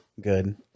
good